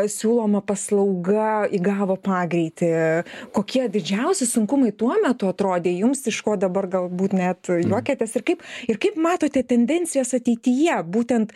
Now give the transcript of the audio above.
siūloma paslauga įgavo pagreitį kokie didžiausi sunkumai tuo metu atrodė jums iš ko dabar galbūt net juokiatės ir kaip ir kaip matote tendencijas ateityje būtent